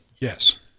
yes